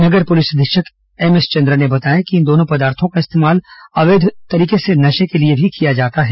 नगर police अधीक्षक M S Chandra ने बताया कि इन दोनों पदार्थो का इस्तेमाल अवैध तरीके से नशे के लिए भी किया जाता है